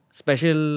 special